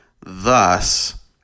Thus